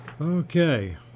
Okay